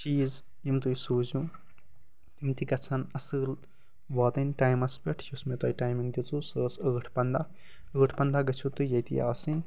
چیٖز یِم تُہۍ سوٗزیو تِم تہِ گَژھَن اصٕل واتٕنۍ ٹایِمَس پٮ۪ٹھ یُس مےٚ تۄہہِ ٹایِمنٛگ دِژوٕ سۄ ٲس ٲٹھ پنٛداہ ٲٹھ پنٛداہ گٔژھِو تُہۍ ییٚتی آسٕنۍ